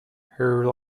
her